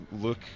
look